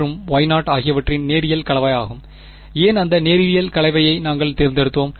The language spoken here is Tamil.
மற்றும் Y0 ஆகியவற்றின் நேரியல் கலவையாகும் ஏன் அந்த நேரியல் கலவையை நாங்கள் தேர்ந்தெடுத்தோம்